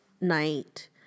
night